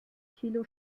kilo